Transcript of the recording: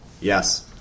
yes